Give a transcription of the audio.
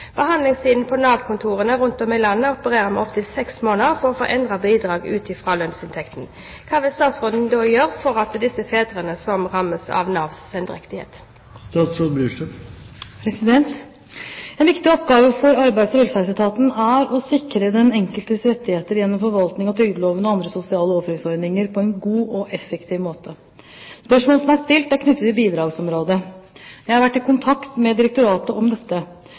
Behandlingstiden på Nav-kontorer rundt om i landet opererer med opptil seks måneder for å få endret bidrag ut fra lønnsinntekten. Hva vil statsråden gjøre for disse fedrene som rammes av Navs sendrektighet?» En viktig oppgave for Arbeids- og velferdsetaten er å sikre den enkeltes rettigheter gjennom forvaltning av trygdelovene og andre sosiale overføringsordninger på en god og effektiv måte. Spørsmålet som er stilt, er knyttet til bidragsområdet. Jeg har vært i kontakt med direktoratet om dette.